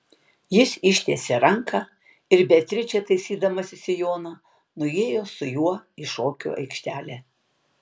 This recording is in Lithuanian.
jis ištiesė ranką ir beatričė taisydamasi sijoną nuėjo su juo į šokių aikštelę